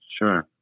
Sure